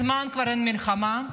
כבר מזמן אין מלחמה,